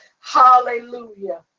hallelujah